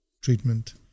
treatment